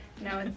No